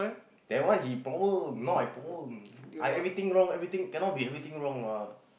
then what he problem not my problem I everything wrong I cannot be everything wrong what